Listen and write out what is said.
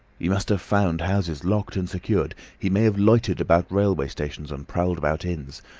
he must have found houses locked and secured he may have loitered about railway stations and prowled about inns,